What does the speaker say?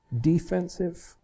Defensive